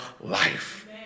life